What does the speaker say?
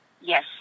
yes